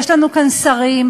יש לנו כאן שרים,